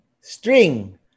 string